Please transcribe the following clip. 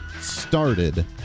started